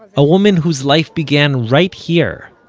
a woman whose life began right here,